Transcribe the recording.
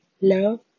Love